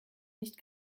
nicht